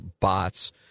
bots